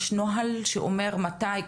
יש נוהל שאומר מתי?